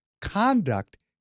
conduct